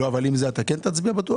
אבל עם זה אתה כן תצביע בטוח?